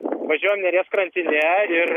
važiuojam neries krantine ir